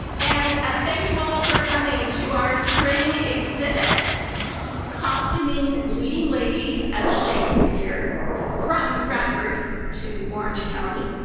and thank you all for coming to our spring exhibit costuming leading ladies of shakespeare from stratford to orange county.